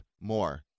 more